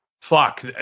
fuck